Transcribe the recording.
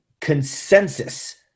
consensus